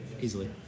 easily